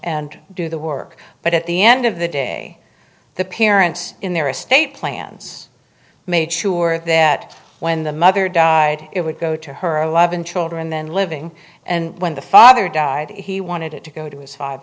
and do the work but at the end of the day the parents in their estate plans made sure that when the mother died it would go to her eleven children then living and when the father died he wanted it to go to his five